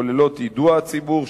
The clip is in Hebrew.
ובכללן יידוע הציבור,